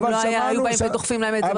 אם לא היו דוחפים להם את זה לפנים.